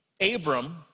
Abram